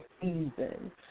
season